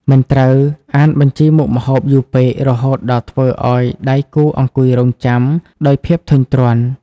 មិនត្រូវអានបញ្ជីមុខម្ហូបយូរពេក រហូតដល់ធ្វើឱ្យដៃគូអង្គុយរង់ចាំដោយភាពធុញទ្រាន់។